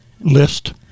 List